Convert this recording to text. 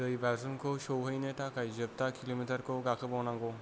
दै बाज्रुमखौ सहैनो थाखाय जोबथा किल'मिटारखौ गाखोबावनांगौ